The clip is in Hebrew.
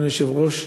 אדוני היושב-ראש,